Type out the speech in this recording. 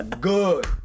good